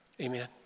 Amen